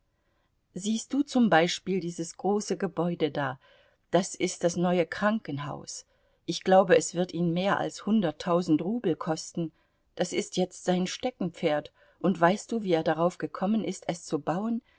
siehst du zum beispiel dieses große gebäude da das ist das neue krankenhaus ich glaube es wird ihn mehr als hunderttausend rubel kosten das ist jetzt sein steckenpferd und weißt du wie er darauf gekommen ist es zu bauen